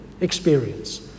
experience